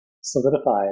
solidified